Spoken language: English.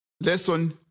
Lesson